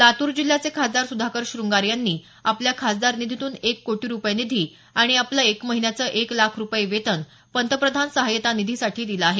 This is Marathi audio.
लातूर जिल्ह्याचे खासदार सुधाकर शृंगारे यांनी आपल्या खासदार निधीतून एक कोटी रुपये निधी आणि आपलं एका महिन्याचं एक लाख रुपये वेतन पंतप्रधान सहाय्यता निधीसाठी दिलं आहे